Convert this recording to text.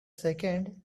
second